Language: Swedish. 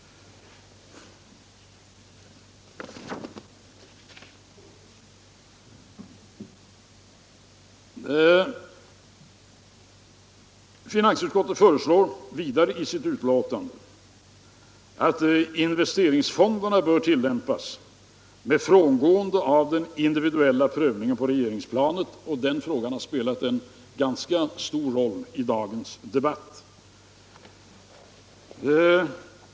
Finansutskottet föreslår vidare i sitt betänkande att investeringsfonderna bör tillämpas med frångående av den individuella prövningen på regeringsplanet. Den frågan har spelat en ganska stor roll i dagens debatt.